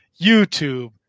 YouTube